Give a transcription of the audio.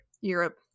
Europe